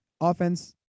offense